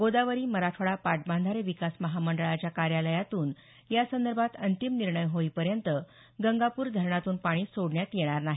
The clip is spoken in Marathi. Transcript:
गोदावरी मराठवाडा पाटबंधारे विकास महामंडळाच्या कार्यालयातून यासंदर्भात अंतिम निर्णय होईपर्यंत गंगापूर धरणातून पाणी सोडण्यात येणार नाही